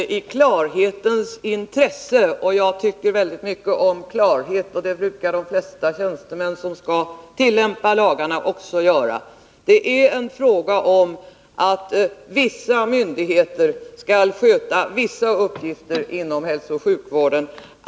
Herr talman! Detta tillägg har gjorts i klarhetens intresse. Jag tycker mycket om klarhet, och det brukar de flesta tjänstemän som skall tillämpa lagarna också göra. Det är en fråga om att vissa myndigheter skall sköta vissa uppgifter inom hälsooch sjukvården.